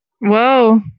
Whoa